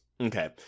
Okay